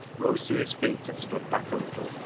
rose to his feet and stood back a little,